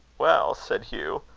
well, said hugh,